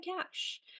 cash